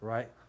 Right